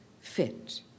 fit